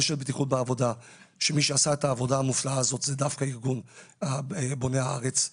שמי שעשה את העבודה המופלאה הזאת זה דווקא ארגון בוני הארץ.